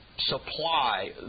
supply